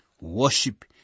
Worship